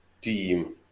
team